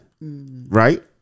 Right